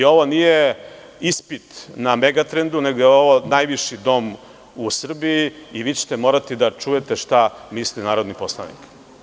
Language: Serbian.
Ovo nije ispit na Megatrendu, nego je ovo najviši dom u Srbiji i vi ćete morati da čujete šta misli narodi poslanik.